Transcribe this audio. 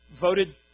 voted